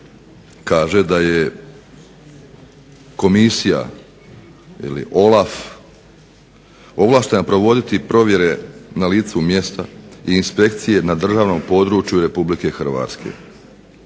kaže da je komisija ili OLAF ovlaštena provoditi provjere na licu mjesta i inspekcije na državnom području Republike Hrvatske,